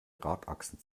radachsen